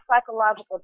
psychological